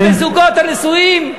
ותהיה פגיעה בזוגות הנשואים.